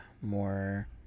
more